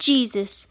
Jesus